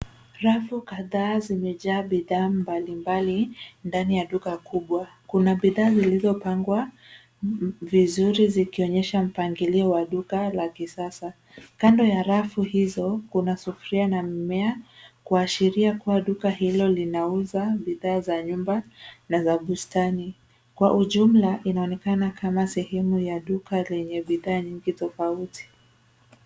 Rafu kadhaa zimejaa bidhaa mbalimbali ndani ya duka kubwa. Kuna bidhaa zilizopangwa vizuri zikionyesha mpangilio wa duka la kisasa. Kando ya rafu hizo kuna sufuria na mmea kuashiria kuwa duka hilo linauza bidhaa za nyumba na za bustani. Kwa ujumla inaonekana kama sehemu ya duka lenye bidhaa nyingi tofauti.